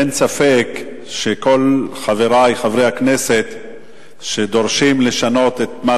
אין ספק שכל חברי חברי הכנסת שדורשים לשנות את מס